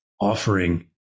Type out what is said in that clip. offering